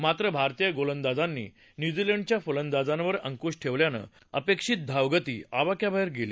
मात्र भारतीय गोलंदाजांनी न्यूझीलंडच्या फलंदाजांवर अंकुश ठेवल्यानं अपेक्षित धावगती आवाक्याबाहेर गेली